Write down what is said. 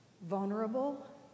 vulnerable